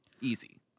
Easy